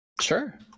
Sure